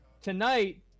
tonight